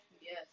Yes